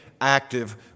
active